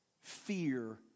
Fear